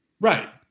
Right